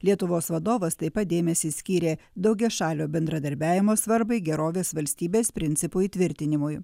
lietuvos vadovas taip pat dėmesį skyrė daugiašalio bendradarbiavimo svarbai gerovės valstybės principų įtvirtinimui